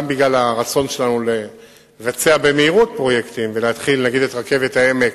גם בגלל הרצון לבצע במהירות פרויקטים ולהתחיל את רכבת העמק,